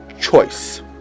choice